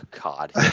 god